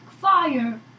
fire